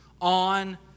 on